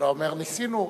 אבל היה אומר "ניסינו",